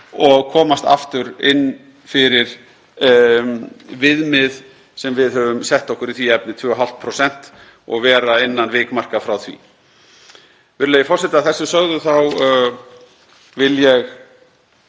og komast aftur inn fyrir viðmið sem við höfum sett okkur í því efni, 2,5%, og vera innan vikmarka frá því. Virðulegur forseti. Að þessu sögðu vil ég